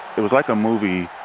it was like a movie,